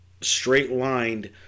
straight-lined